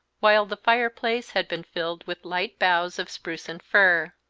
while the fireplace had been filled with light boughs of spruce and fir.